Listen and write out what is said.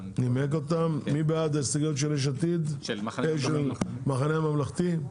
מי בעד ההסתייגויות של המחנה הממלכתי?